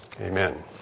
Amen